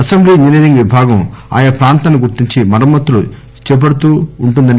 assembly engineering విభాగం ఆయా ప్రాంతాలను గుర్తించి మరమ్మతులు చేపడతూ ఉందన్నారు